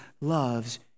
loves